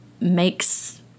makes